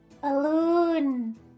Balloon